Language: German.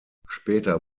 später